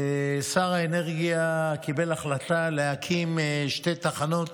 ושר האנרגיה קיבל החלטה להקים שתי תחנות